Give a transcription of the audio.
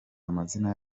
amazina